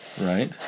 right